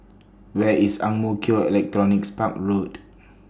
Where IS Ang Mo Kio Electronics Park Road